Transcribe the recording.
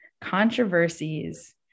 controversies